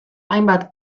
hainbat